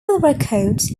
records